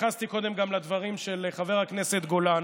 התייחסתי קודם גם לדברים של חבר הכנסת גולן